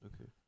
Okay